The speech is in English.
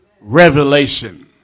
Revelation